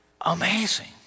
amazing